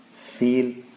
feel